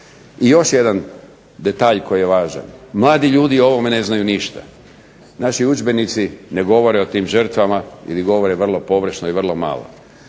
I još jedan detalj koji je važan. Mladi ljudi o ovome ne znaju ništa, naši udžbenici ne govore o tim žrtvama ili govore vrlo površno i vrlo malo.